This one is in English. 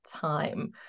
time